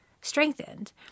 strengthened